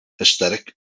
aesthetic